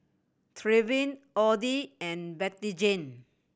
Trevin Oddie and Bettyjane